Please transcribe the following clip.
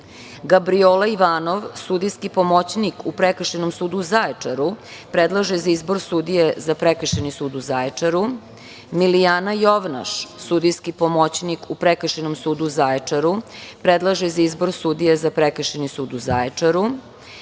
Gabrijola Ivanov, sudijski pomoćnik u Prekršajnom sudu u Zaječaru, predlaže za izbor sudije za Prekršajni sud u Zaječaru, Milijana Jovnaš, sudijski pomoćnik u Prekršajnom sudu u Zaječaru, predlaže za izbor sudije za Prekršajni sud u Zaječaru,